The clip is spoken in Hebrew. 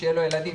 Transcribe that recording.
שיהיו לו ילדים,